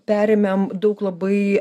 perėmėm daug labai